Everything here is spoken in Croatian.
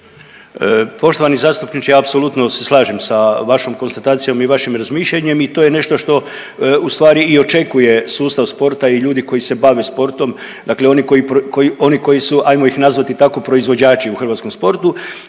Poštovani zastupniče, apsolutno se slažem sa vašom konstatacijom i vašim razmišljanjem i to je nešto što ustvari i očekuje sustav sporta i ljudi koji se bave sporte, dakle oni koji pro…, koji, oni koji su ajmo ih nazvati tako proizvođači u hrvatskom sportu